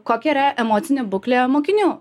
kokia yra emocinė būklė mokinių